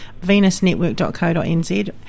venusnetwork.co.nz